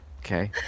Okay